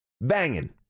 Banging